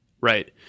right